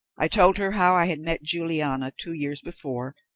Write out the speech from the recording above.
i told her how i had met juliana two years before,